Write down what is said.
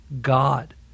God